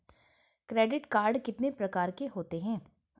Credit card कितने प्रकार के होते हैं?